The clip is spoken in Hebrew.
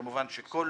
כמובן שכל